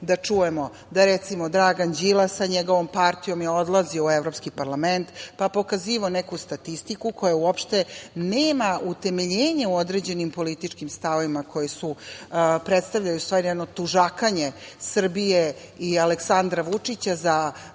da čujemo da, recimo, Dragan Đilas sa njegovom partijom je odlazio u Evropski parlament, pa pokazivao neku statistiku koja uopšte nema utemeljenje u određenim političkim stavovima koji predstavljaju u stvari jedno tužakanje Srbije i Aleksandra Vučića za